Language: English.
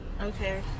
Okay